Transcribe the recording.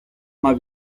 mal